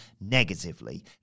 negatively